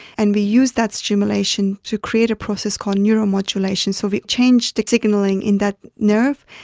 and we use that stimulation to create a process called neuromodulation. so we change the signalling in that nerve,